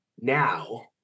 now